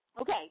Okay